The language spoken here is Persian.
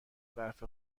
برف